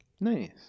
Nice